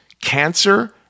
cancer